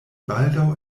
baldaŭ